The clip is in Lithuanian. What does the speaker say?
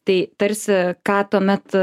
tai tarsi ką tuomet